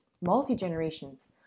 multi-generations